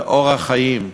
זה אורח חיים.